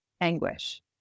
anguish